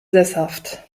sesshaft